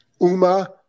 Uma